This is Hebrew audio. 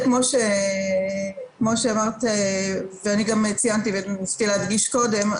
כמו שאמרת וציינתי וניסיתי להדגיש קודם,